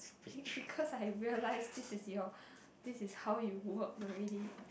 b~ because I realise this is your this is how you work already